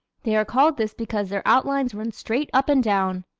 they are called this because their outlines run straight up and down.